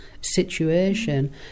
situation